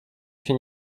się